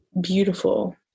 beautiful